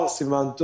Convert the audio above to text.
בר סימן טוב.